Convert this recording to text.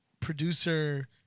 producer